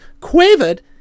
quavered